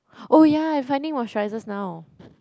oh ya I finding moisturisers now